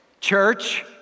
church